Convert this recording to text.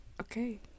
Okay